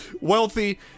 wealthy